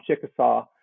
Chickasaw